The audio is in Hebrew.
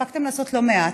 הספקתם לעשות לא מעט.